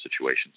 situations